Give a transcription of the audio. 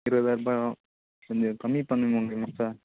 இருபதாயருபாயா கொஞ்சம் கம்மி பண்ண முடியுமா சார்